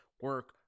Work